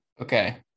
Okay